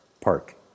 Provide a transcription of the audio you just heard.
Park